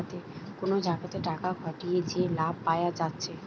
কুনো জাগাতে টাকা খাটিয়ে যে লাভ পায়া যাচ্ছে